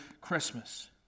Christmas